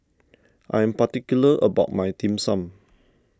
I am particular about my Dim Sum